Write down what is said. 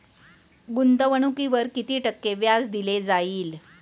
गुंतवणुकीवर किती टक्के व्याज दिले जाईल?